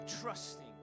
trusting